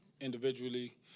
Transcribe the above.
individually